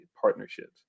partnerships